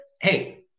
hey